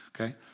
Okay